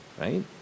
Right